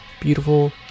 beautiful